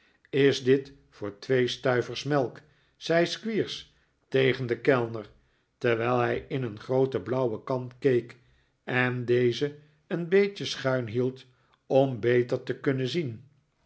is dit voor twee stuivers melk zei squeers tegen den kellner terwijl hij in een groote blauwe kan keek en deze een beetje schuin hield om beter te kunnen zien